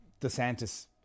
desantis